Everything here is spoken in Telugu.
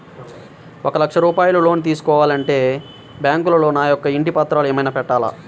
ఒక లక్ష రూపాయలు లోన్ తీసుకోవాలి అంటే బ్యాంకులో నా యొక్క ఇంటి పత్రాలు ఏమైనా పెట్టాలా?